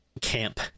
camp